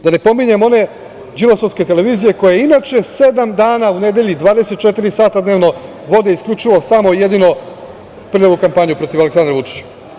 Da ne pominjem one đilasovske televizije koje inače sedam dana u nedelji, 24 sata dnevno, vode isključivo, samo i jedino prljavu kampanju protiv Aleksandra Vučića.